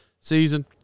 season